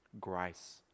Grace